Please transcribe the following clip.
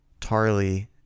Tarly